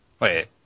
Wait